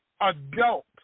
adult